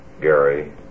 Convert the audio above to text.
gary